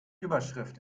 überschrift